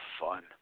fun